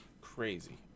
Crazy